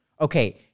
Okay